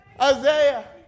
Isaiah